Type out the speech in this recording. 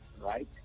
right